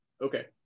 Okay